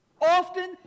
Often